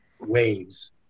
waves